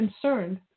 concerned